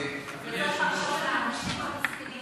יותר לחשוב על האנשים שלא יכולים להגיע